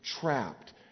trapped